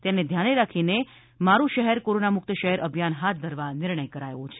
તેને ધ્યાને રાખીને મારુ શહેર કોરોના મુક્ત શહેર અભિયાન હાથ ધરવા નિર્ણય કરાયો છે